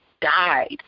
died